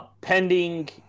Pending